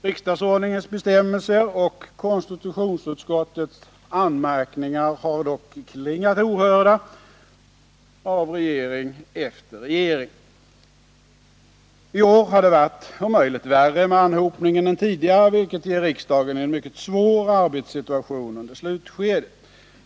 Riksdagsordningens bestämmelser och konstitutionsutskottets anmärkningar har dock klingat ohörda av regering efter regering. I år har anhopningen varit om möjligt värre än tidigare, vilket ger riksdagen en mycket svår arbetssituation under slutskedet.